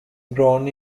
grown